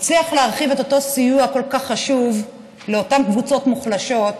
והצליח להרחיב את אותו סיוע כל כך חשוב לאותן קבוצות מוחלשות.